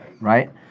right